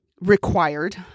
required